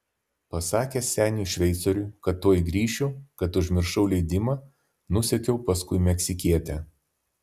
pasakęs seniui šveicoriui kad tuoj grįšiu kad užmiršau leidimą nusekiau paskui meksikietę